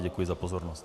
Děkuji za pozornost.